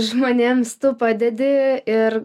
žmonėms tu padedi ir